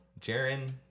Jaren